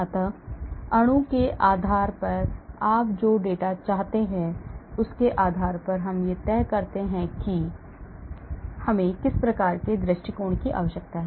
अतः अणु के आकार के आधार पर आप जो डेटा चाहते हैं उसके आधार पर हम यह तय करते हैं कि हमें किस प्रकार के दृष्टिकोण की आवश्यकता है